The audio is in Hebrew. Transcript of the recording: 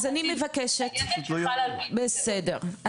בסדר,